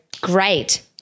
great